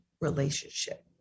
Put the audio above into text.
relationship